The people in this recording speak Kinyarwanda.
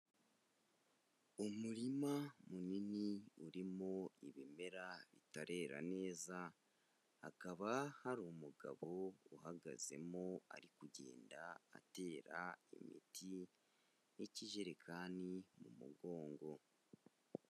Umurima munini urimo ibimera bitarera neza, hakaba hari umugabo uhagazemo ari kugenda atera imiti n'ikijerekani mu mugongo.